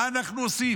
מה אנחנו עושים?